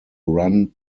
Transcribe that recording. run